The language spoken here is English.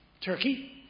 Turkey